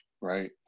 right